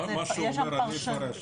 מה שהוא אומר אני אפרש לך.